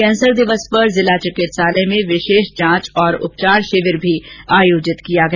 cancer दिवस पर जिला चिकित्सालय में विशेष जांच और उपचार शिविर भी आयोजित किया गया